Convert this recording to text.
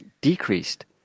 decreased